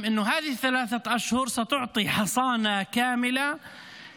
(אומר דברים בשפה הערבית, להלן תרגומם:)